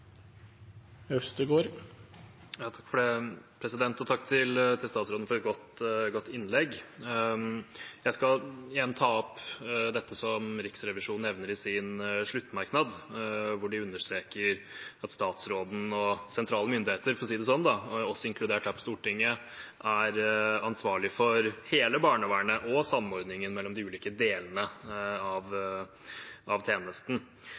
Takk til statsråden for et godt innlegg. Jeg skal igjen ta opp dette som Riksrevisjonen nevner i sin sluttmerknad, hvor de understreker at statsråden og sentrale myndigheter – for å si det sånn, inkludert oss her på Stortinget – er ansvarlig for hele barnevernet og samordningen mellom de ulike delene av